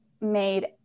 made